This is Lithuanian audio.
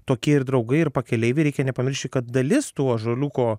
toki ir draugai ir pakeleiviai reikia nepamiršti kad dalis tų ąžuoliuko